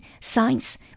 science